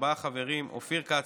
ארבעה חברים: אופיר כץ,